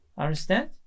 Understand